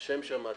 תימחק.